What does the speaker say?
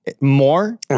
more